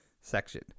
section